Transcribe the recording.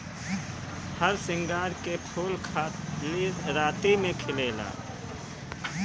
हरसिंगार के फूल खाली राती में खिलेला